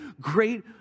great